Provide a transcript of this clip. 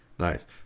Nice